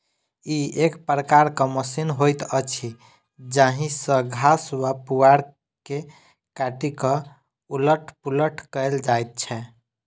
ई एक प्रकारक मशीन होइत अछि जाहि सॅ घास वा पुआर के काटि क उलट पुलट कयल जाइत छै